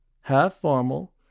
half-formal